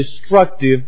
destructive